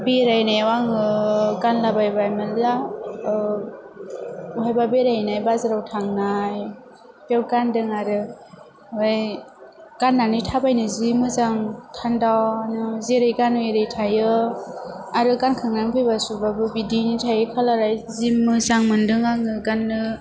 बेरायनायाव आङो गानला बायबायमोनलां बहाबा बेरायहैनाय बाजाराव थांनाय बेयाव गानदों आरो आमफ्राइ गान्नानै थाबायनो जि मोजां थान्दानो जेरै गानो एरै थायो आरो गानखांनानै फैबा सुबाबो बिदियैनो थायो कालारा जि मोजां मोनदों आङो गान्नो